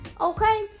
okay